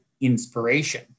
inspiration